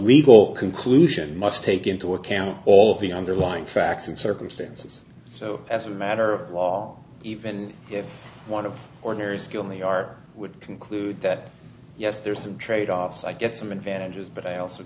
legal conclusion must take into account all of the underlying facts and circumstances so as a matter of law even if one of ordinary skill they are would conclude that yes there are some trade offs i get some advantages but i also